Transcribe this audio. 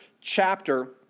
chapter